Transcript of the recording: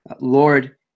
Lord